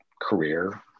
career